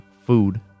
food